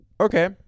Okay